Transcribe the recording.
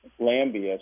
Lambia